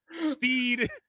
steed